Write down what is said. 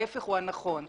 ההפך הוא הנכון.